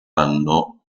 anno